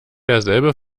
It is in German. derselbe